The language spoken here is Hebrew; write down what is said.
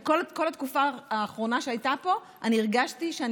כל התקופה האחרונה שהייתה פה הרגשתי שאני